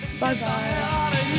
bye-bye